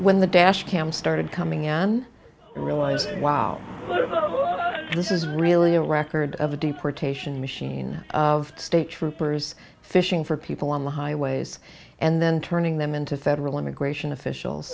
when the dash cam started coming on realizing wow this is really a record of a deportation machine of state troopers fishing for people on the highways and then turning them into federal immigration officials